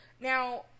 now